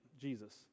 Jesus